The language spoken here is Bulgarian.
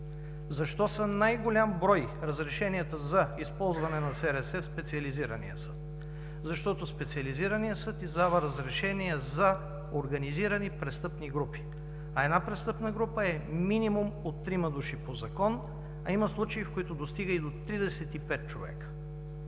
Защо са най-голям брой разрешенията за използване на СРС в Специализирания съд? Защото Специализираният съд издава разрешения за организирани престъпни групи, а една престъпна група е минимум от трима души по закон, а има случаи, в които достига и до 35 човека.